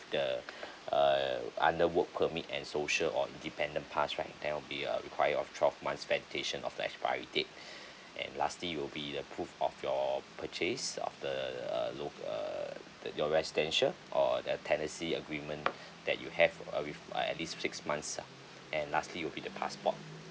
the err under work permit and social on dependent pass right then will be a require of twelve month validation of the expiry date and lastly will be the proof of your purchase of the err lo~ err the your residential or a tenancy agreement that you have a with ah at least six months ah and lastly will be the passport